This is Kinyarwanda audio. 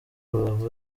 rubavu